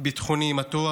ביטחוני מתוח.